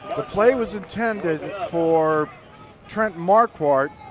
play was intended for trent marquart.